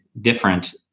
different